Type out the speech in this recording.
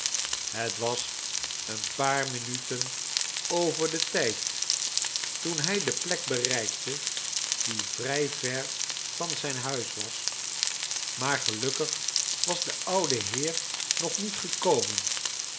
het was een paar minuten over den tijd toen hij de plek bereikte die vrij ver van zijn huis was maar gelukkig was de oude heer nog niet gekomen